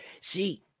See